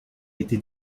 été